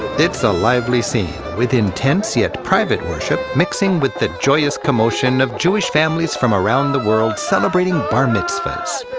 it's a lively scene, with intense yet private worship mixing with the joyous commotion of jewish families from around the world celebrating bar mitzvahs,